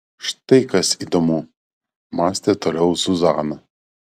štai kas įdomu mąstė toliau zuzana